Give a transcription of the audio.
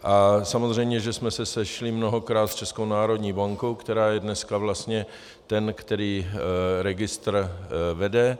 A samozřejmě že jsme se sešli mnohokrát s Českou národní bankou, která je dneska vlastně ten, který registr vede.